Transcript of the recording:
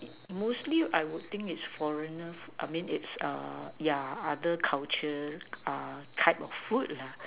mostly I would think it's foreigner food I mean it's yeah other culture type of food